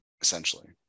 essentially